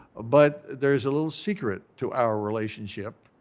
but there's a little secret to our relationship.